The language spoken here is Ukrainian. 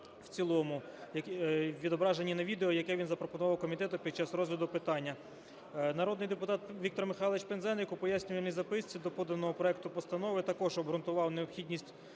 в цілому, відображені на відео, яке він запропонував комітету під час розгляду питання. Народний депутат Віктор Михайлович Пинзеник у пояснювальній записці до поданого проекту постанови також обґрунтував необхідність